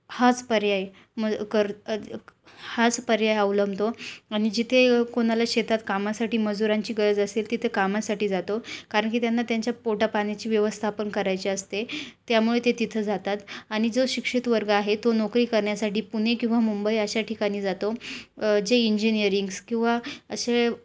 हाच पर्याय म कर हाच पर्याय अवलंबतो आणि जिथे कोणाला शेतात कामासाठी मजुरांची गरज असेल तिथे कामासाठी जातो कारण की त्यांना त्यांच्या पोटापाण्याची व्यवस्था पण करायची असते त्यामुळे ते तिथं जातात आणि जो शिक्षित वर्ग आहे तो नोकरी करण्यासाठी पुणे किंवा मुंबई अशा ठिकाणी जातो जे इंजिनिअरिंग्स किंवा असे